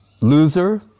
loser